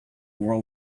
world